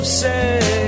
say